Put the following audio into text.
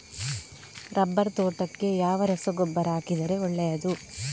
Rubber ತೋಟಕ್ಕೆ ಯಾವ ರಸಗೊಬ್ಬರ ಹಾಕಿದರೆ ಒಳ್ಳೆಯದು?